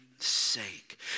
sake